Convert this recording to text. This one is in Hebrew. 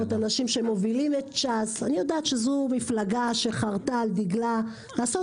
אנשים שמובילים את ש"ס אני יודעת שזו מפלגה שחרטה על דגלה לעשות